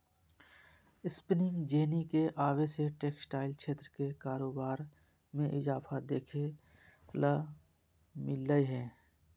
spinning jenny के आवे से टेक्सटाइल क्षेत्र के कारोबार मे इजाफा देखे ल मिल लय हें